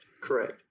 Correct